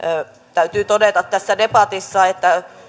täytyy todeta että tässä debatissa